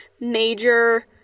major